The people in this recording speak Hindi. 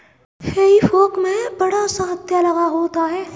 हेई फोक में बड़ा सा हत्था लगा होता है